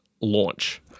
launch